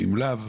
ואם לאו,